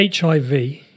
HIV